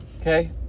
okay